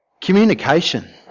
communication